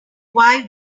why